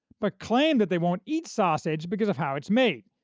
but claim that they won't eat sausage because of how it's made,